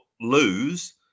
lose